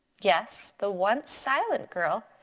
yes the once silent girl,